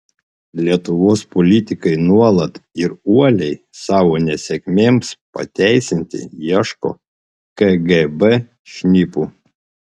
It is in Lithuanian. lietuvos politikai nuolat ir uoliai savo nesėkmėms pateisinti ieško kgb šnipų